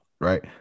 right